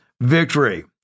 victory